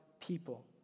people